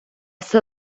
все